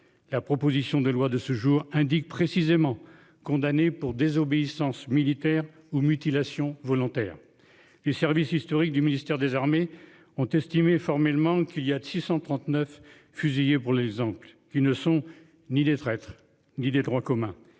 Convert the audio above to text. La proposition de loi de ce jour, indique précisément condamné pour désobéissance militaire ou mutilations volontaires du service historique du ministère des Armées ont estimé formellement qu'il y a 639 fusillés pour l'exemple, qui ne sont ni des traîtres Didier droit commun